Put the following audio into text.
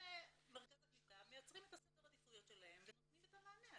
אנשי מרכז הקליטה מייצרים את סדר העדיפויות שלהם ונותנים את המענה.